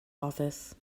office